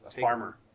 farmer